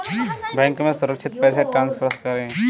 Bank से सुरक्षित पैसे ट्रांसफर कैसे करें?